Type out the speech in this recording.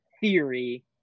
theory